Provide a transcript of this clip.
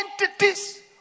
entities